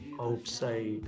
outside